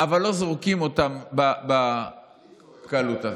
אבל לא זורקים אותם בקלות כזאת.